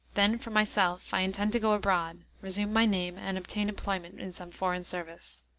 then for myself i intend to go abroad, resume my name, and obtain employment in some foreign service.